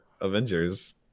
Avengers